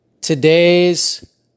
today's